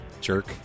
jerk